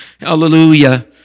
Hallelujah